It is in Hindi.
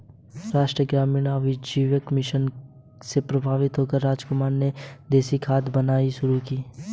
राष्ट्रीय ग्रामीण आजीविका मिशन से प्रभावित होकर रामकुमार ने देसी खाद बनानी शुरू की